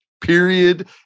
period